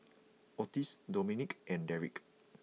Ottis Domenic and Dedrick